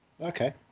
Okay